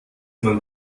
man